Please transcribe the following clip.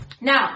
Now